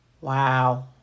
Wow